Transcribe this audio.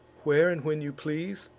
where and when you please,